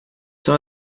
são